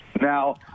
Now